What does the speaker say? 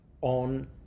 on